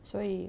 所以